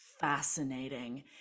fascinating